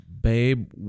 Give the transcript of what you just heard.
babe